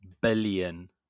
billion